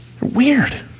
weird